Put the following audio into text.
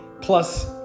Plus